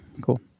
cool